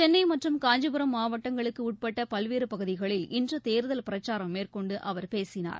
சென்னை மற்றும் காஞ்சிபுரம் மாவட்டங்களுக்கு உட்பட்ட பல்வேறு பகுதிகளில் இன்று தேர்தல் பிரச்சாரம் மேற்கொண்டு அவர் பேசினார்